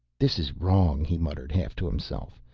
this is wrong, he muttered, half to himself.